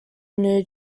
new